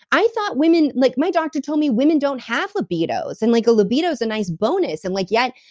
i thought women. like my doctor told me women don't have libidos, and like a libido's a nice bonus. and like yet,